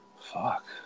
fuck